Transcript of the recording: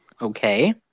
Okay